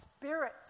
Spirit